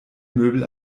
möbel